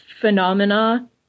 phenomena